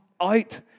out